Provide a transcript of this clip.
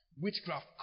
witchcraft